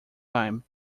lyme